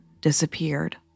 disappeared